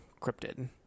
cryptid